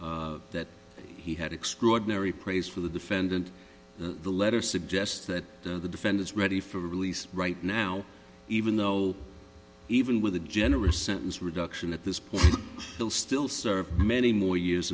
that he had extraordinary praise for the defendant the letter suggests that the defendant's ready for release right now even though even with a generous sentence reduction at this point will still serve many more years